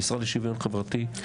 המשרד לשוויון חברתי צריך להגיע.